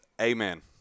Amen